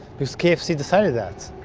because kfc decided that.